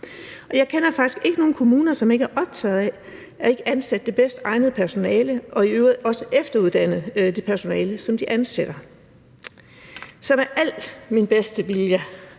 jeg kender faktisk ikke nogen kommuner, som ikke er optaget af at ansætte det bedst egnede personale og i øvrigt også efteruddanne det personale, som de ansætter. Så med al min bedste vilje